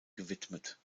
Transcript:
gewidmet